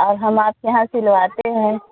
अब हम आपके यहाँ सिलवाते हैं